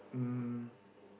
um